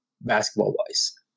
basketball-wise